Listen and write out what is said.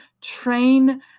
train